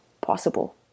possible